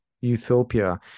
utopia